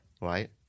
Right